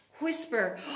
whisper